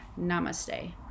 Namaste